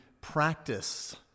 practice